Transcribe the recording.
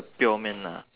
pure man lah